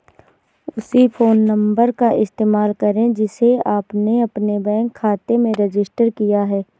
उसी phone number का इस्तेमाल करें जिसे आपने अपने बैंक खाते में रजिस्टर किया है